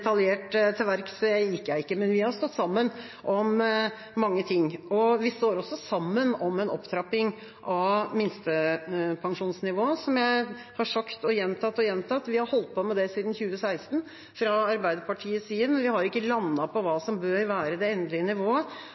detaljert gikk jeg ikke til verks. Vi har stått sammen om mange ting. Vi står også sammen om en opptrapping av minstepensjonsnivået. Som jeg har sagt og gjentatt og gjentatt: Vi har holdt på med det siden 2016 fra Arbeiderpartiets side, men vi har ikke landet på hva som bør være det endelige